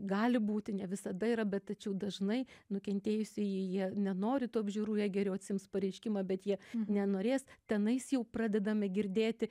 gali būti ne visada yra bet tačiau dažnai nukentėjusieji jie nenori tų apžiūrų jei geriau atsiims pareiškimą bet jie nenorės tenais jau pradedame girdėti